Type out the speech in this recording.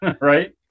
right